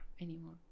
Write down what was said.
anymore